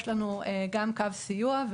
יש לנו גם קו סיוע.